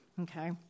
okay